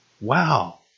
Wow